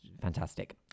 fantastic